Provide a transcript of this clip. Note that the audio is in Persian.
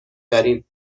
داریم